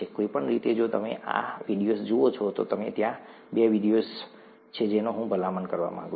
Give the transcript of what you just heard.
કોઈપણ રીતે જો તમે આ વિડિઓઝ જુઓ છો તો ત્યાં બે વિડિઓ છે જેનો હું ભલામણ કરવા માંગુ છું